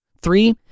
Three